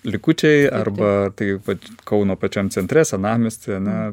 likučiai arba taip vat kauno pačiam centre senamiesty ane